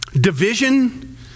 division